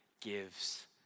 gives